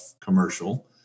commercial